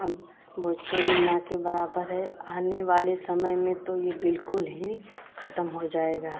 अब भोजपुरी न के बराबर है आने वाले समय में तो ये बिल्कुल ही ख़त्म हो जाएगा